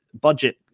budget